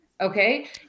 okay